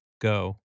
Go